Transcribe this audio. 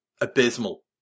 abysmal